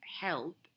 help